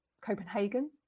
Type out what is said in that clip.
Copenhagen